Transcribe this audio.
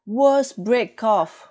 worst break off